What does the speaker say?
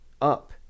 up